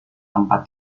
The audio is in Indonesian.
tempat